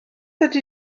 ydy